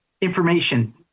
information